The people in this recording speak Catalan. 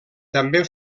també